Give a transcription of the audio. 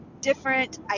different